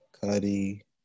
Cuddy